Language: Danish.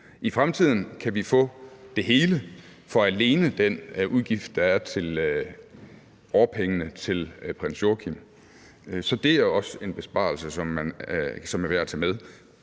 I fremtiden kan vi få det hele alene for den udgift, der er til årpengene til prins Joachim. Så det er en besparelse, som er værd også at tage med,